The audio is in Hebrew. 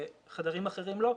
ובחדרים אחרים לא,